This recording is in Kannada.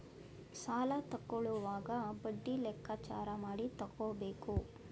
ಸಾಲ ತಕ್ಕೊಳ್ಳೋವಾಗ ಬಡ್ಡಿ ಲೆಕ್ಕಾಚಾರ ಮಾಡಿ ತಕ್ಕೊಬೇಕು